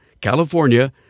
California